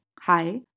hi